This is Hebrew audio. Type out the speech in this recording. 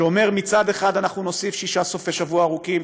שאומר: מצד אחד שאנחנו נוסיף שישה סופי שבוע ארוכים,